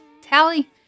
Tally